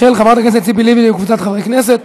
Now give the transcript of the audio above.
של חברת הכנסת ציפי לבני וקבוצת חברי הכנסת.